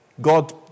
God